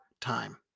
time